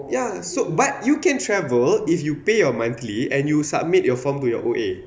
ya so but you can travel if you pay your monthly and you submit your form to your O_A